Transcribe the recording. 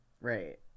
right